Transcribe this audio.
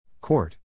Court